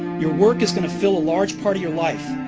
your work is going to fill a large part of your life,